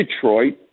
Detroit